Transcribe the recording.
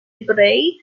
brej